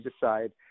decide